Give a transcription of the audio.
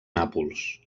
nàpols